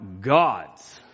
God's